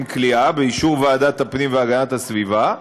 כליאה באישור ועדת הפנים והגנת הסביבה,